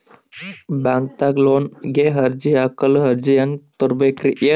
ಬ್ಯಾಂಕ್ದಾಗ ಲೋನ್ ಗೆ ಅರ್ಜಿ ಹಾಕಲು ಅರ್ಜಿ ಹೆಂಗ್ ತಗೊಬೇಕ್ರಿ?